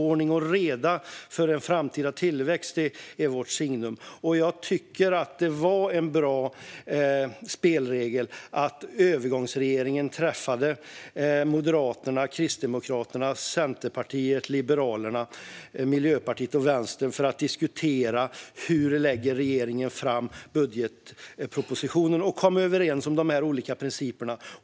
Ordning och reda för en framtida tillväxt är alltså vårt signum. Jag tycker att det var en bra spelregel att övergångsregeringen träffade Moderaterna, Kristdemokraterna, Centerpartiet, Liberalerna, Miljöpartiet och Vänstern för att diskutera hur regeringen skulle lägga fram budgetpropositionen och kom överens om principerna.